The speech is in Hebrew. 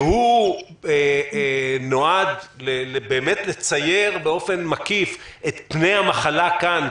שהוא נועד באמת לצייר באופן מקיף את פני המחלה כאן,